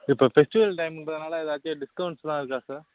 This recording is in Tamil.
இப்போ ஃபெஸ்டிவல் டைம்கிறதுனால ஏதாச்சும் டிஸ்கௌண்ட்ஸெலாம் இருக்கா சார்